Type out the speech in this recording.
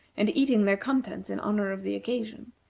and eating their contents in honor of the occasion,